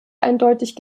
eindeutig